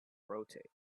rotate